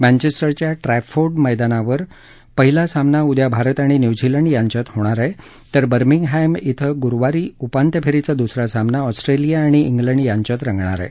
मँचेस्टरच्या Trafford मैदानावर पहिला सामना उद्या भारत आणि न्यूझीलंड यांच्यात होणार आहे तर बर्गिमहॅम इथं गुरुवारी उपांत्यफेरीचा दुसरा सामना ऑस्ट्रेलिया आणि इंग्लंड यांच्यात रंगणार आहे